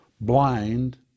blind